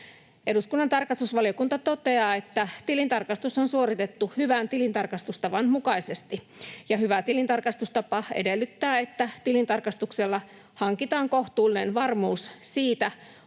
Eduskunnan tarkastusvaliokunta toteaa, että tilintarkastus on suoritettu hyvän tilintarkastustavan mukaisesti. Hyvä tilintarkastustapa edellyttää, että tilintarkastuksella hankitaan kohtuullinen varmuus siitä,